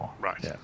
Right